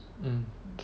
mm